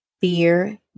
fear